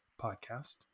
podcast